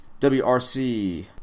WRC